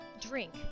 drink